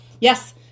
yes